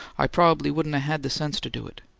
i probably wouldn't a-had the sense to do it.